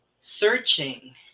searching